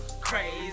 crazy